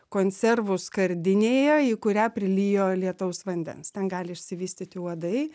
konservų skardinėje į kurią prilijo lietaus vandens ten gali išsivystyti uodai